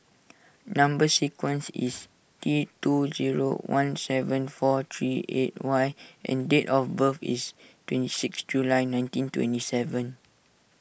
Number Sequence is T two zero one seven four three eight Y and date of birth is twenty six July nineteen twenty seven